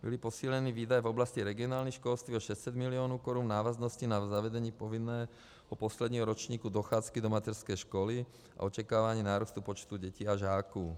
Byly posíleny výdaje v oblasti regionálního školství o 600 milionů Kč v návaznosti na zavedení povinného posledního ročníku docházky do mateřské školy a očekávání nárůstu počtu dětí a žáků.